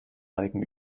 balken